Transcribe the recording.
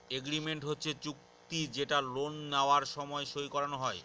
agreement হচ্ছে চুক্তি যেটা লোন নেওয়ার সময় সই করানো হয়